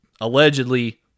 allegedly